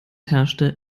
herrschte